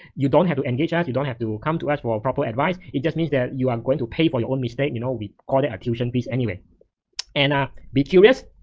you don't have to engage us, you don't have to come to us for proper advice, it just means that you are going to pay for your own mistake. you know we call it our tuition fees anyway and be curious,